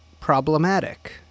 problematic